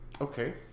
Okay